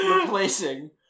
replacing